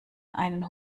einen